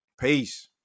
Peace